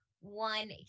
one